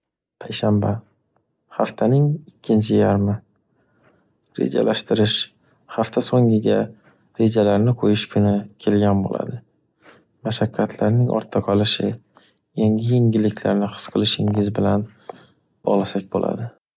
Payshanba. Haftaning ikkinchi yarimi. Rejalashtirish hafta so’ngiga rejalarni qo’yish kuni kelgan bo’ladi. Mashaqqatlarning ortda qolishi yangi yengilliklarni his qilishingiz bilan bog’lasak bo’ladi.